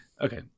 Okay